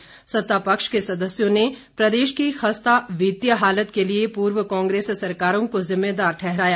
वहीं सत्तापक्ष के सदस्यों ने प्रदेश की खस्ता वित्तीय हालत के लिए पूर्व कांग्रेस सरकारों को जिम्मेदार ठहराया